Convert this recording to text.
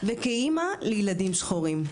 וכאימא לילדים שחורים,